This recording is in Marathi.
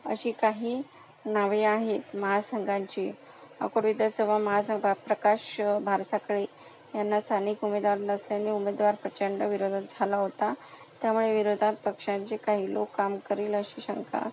अशी काही नावे आहेत महासंघांची अकोट विधानसभा महासंघ प्रकाश भानसाखळे यांना स्थानिक उमेदवार नसल्याने उमेदवार प्रचंड विरोधात झाला होता त्यामुळे विरोधात पक्षांचे काही लोक काम करील अशी शंका